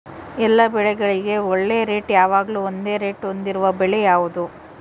ಎಲ್ಲ ಬೆಳೆಗಳಿಗೆ ಒಳ್ಳೆ ರೇಟ್ ಯಾವಾಗ್ಲೂ ಒಂದೇ ರೇಟ್ ಹೊಂದಿರುವ ಬೆಳೆ ಯಾವುದು?